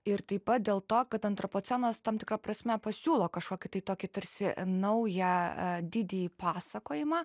ir taip pat dėl to kad antropocenas tam tikra prasme pasiūlo kažkokį tai tokį tarsi naują e didįjį pasakojimą